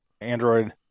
Android